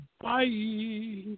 bye